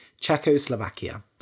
Czechoslovakia